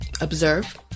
observe